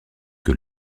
que